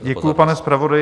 Děkuji, pane zpravodaji.